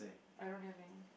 I don't have any